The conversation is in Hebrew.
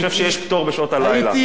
אני חושב שיש פטור לשעות הלילה.